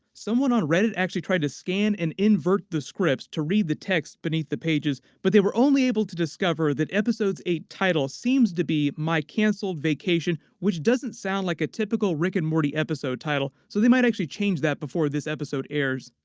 someone on reddit actually tried to scan and invert the scripts to read the text beneath the pages, but they were only able to discover that episodes eight title seems to be my cancelled vacation, which doesn't sound like a typical rick and morty episode title, so they might actually change that before this episode airs.